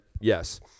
Yes